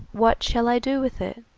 what shall i do with it?